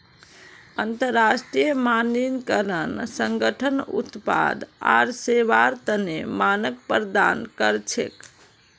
अंतरराष्ट्रीय मानकीकरण संगठन उत्पाद आर सेवार तने मानक प्रदान कर छेक